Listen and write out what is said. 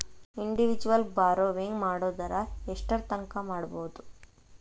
Individual borrowing ಮಾಡೊದಾರ ಯೆಷ್ಟರ್ತಂಕಾ ಮಾಡ್ಬೋದು?